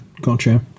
Gotcha